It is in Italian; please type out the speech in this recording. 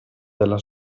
della